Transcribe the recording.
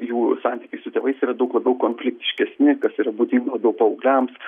jų santykiai su tėvais yra daug labiau konfliktiškesni kas yra būdinga labiau paaugliams